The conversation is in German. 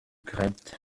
gräbt